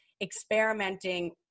experimenting